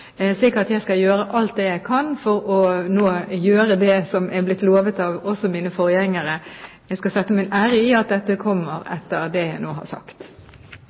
slik at jeg skal gjøre alt det jeg kan for nå å gjøre det som har blitt lovet også av mine forgjengere. Jeg skal sette min ære i at dette kommer slik jeg nå har sagt.